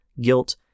guilt